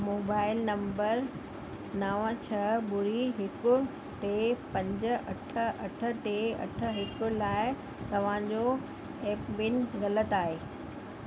mobile number नव छह ॿुड़ी हिक टे पंज अठ अठ टे अठ हिक लाइ तव्हां जो एम पिन ग़लति आहे